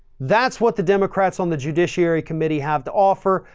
that's what the democrats on the judiciary committee have to offer.